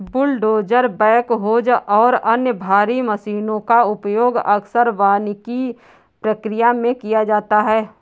bulldozer backhoes और अन्य भारी मशीनों का उपयोग अक्सर वानिकी प्रक्रिया में किया जाता है